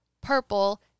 purple